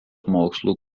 mokslų